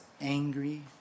angry